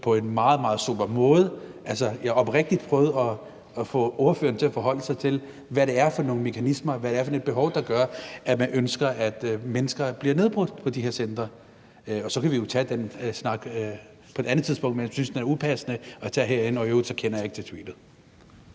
meget, meget sober måde. Jeg har oprigtigt prøvet at få ordføreren til at forholde sig til, hvad det er for nogle mekanismer, hvad det er for et behov, der gør, at man ønsker, at mennesker bliver nedbrudt på de her centre. Så kan vi jo tage den anden snak på et andet tidspunkt, men jeg synes, den er upassende at tage herinde, og i øvrigt kender jeg ikke til tweetet.